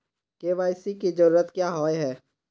KYC की जरूरत क्याँ होय है?